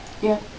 ya